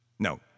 No